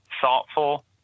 thoughtful